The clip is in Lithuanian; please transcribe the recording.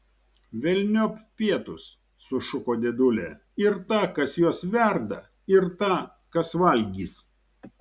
velniop pietus sušuko dėdulė ir tą kas juos verda ir tą kas valgys